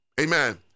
amen